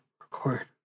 record